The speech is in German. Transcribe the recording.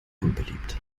unbeliebt